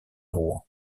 rouen